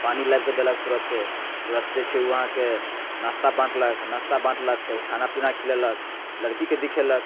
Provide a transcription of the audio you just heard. पानि लाबिकऽ देलक तुरत्ते तुरत्ते छै उ अहाँके नास्ता बाँटलक नास्ता बाँटलक फेर खाना पीना खिलेलक लड़कीके दिखेलक